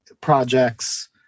projects